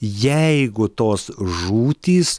jeigu tos žūtys